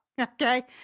Okay